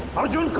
arjun.